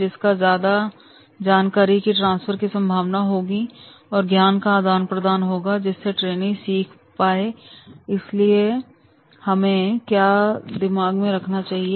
जितनी ज़्यादा जानकारी कि ट्रांसफर की संभावना होगी और ज्ञान का आदान प्रदान होगा जिससे ट्रेनी सीख पाएं इसलिए हमें क्या दिमाग में रखना चाहिए